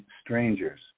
strangers